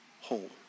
whole